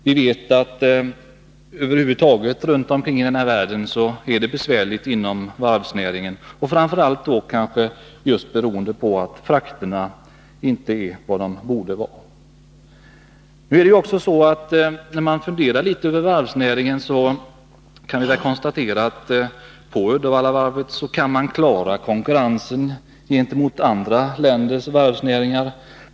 Vi vet att det är besvärligt inom varvsnäringen över huvud taget runt om i världen, kanske framför allt beroende på att frakterna inte är vad de borde vara. Nu är det också så att på Uddevallavarvet kan man klara konkurrensen gentemot andra länders varvsnäringar.